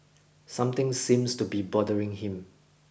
something seems to be bothering him